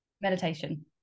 Meditation